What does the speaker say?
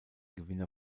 gewinner